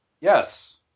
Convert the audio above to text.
Yes